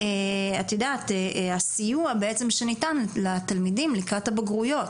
הסיוע שניתן לתלמידים לקראת הבגרויות.